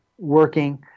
working